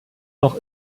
noch